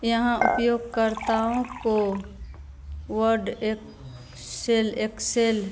यहाँ उपयोगकर्ताओं को वर्ड एक्सेल एक्सेल पाव पॉवर पॉवर प्वाइन्ट और वन नोट फ़ाइलों को बदलने और बनाने देता है